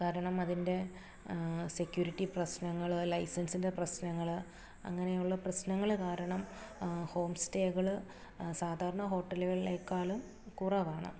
കാരണം അതിൻ്റെ സെക്യൂരിറ്റി പ്രശ്നങ്ങൾ ലൈസൻസിൻ്റെ പ്രശ്നങ്ങൾ അങ്ങനെയുള്ള പ്രശ്നങ്ങൾ കാരണം ഹോം സ്റ്റേകൾ സാധാരണ ഹോട്ടലുകളെക്കാളും കുറവാണ്